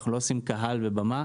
אנחנו לא עושים קהל ובמה.